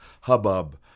hubbub